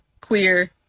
queer